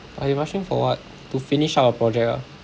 but he rushing for what to finish up a project ah